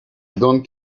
don’t